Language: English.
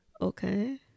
okay